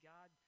God